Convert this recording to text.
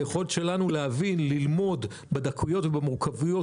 היכולת שלנו להבין וללמוד בדקויות ובמורכבויות